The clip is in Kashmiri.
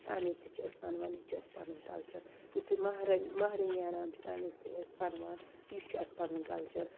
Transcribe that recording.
تمہِ وِز تہِ چھِ أسۍ وَنوان یِتہٕ چھُ اَسہِ پَنُن کَلچَر یِتھُے مَہرن مَہرٕنۍ نیران چھِ تمہِ وِز تہِ أسۍ وَنوان یہِ چھُ اَسہِ پَنُن کَلچَر